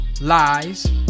Lies